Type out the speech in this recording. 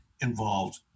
involved